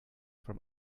from